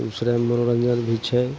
बेगूसरायमे मनोरञ्जन भी छै